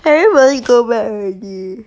everybody go back already